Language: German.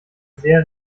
sehr